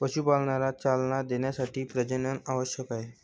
पशुपालनाला चालना देण्यासाठी प्रजनन आवश्यक आहे